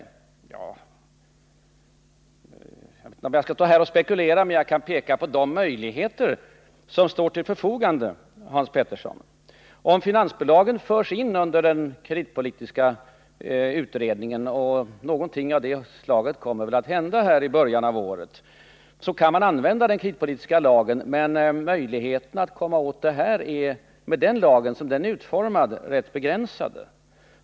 Ja, jag skall inte ge uttryck för några spekulationer, men jag kan, Hans Petersson, peka på de möjligheter som står till förfogande. Om finansbolagen förs in under den kreditpolitiska lagstiftningen, och något i den riktningen kommer väl att ske under våren, skulle åtgärder enligt denna lagstiftning kunna komma i fråga. Med hänsyn till denna lags utformning är dock möjligheterna härtill rätt begränsade.